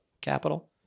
capital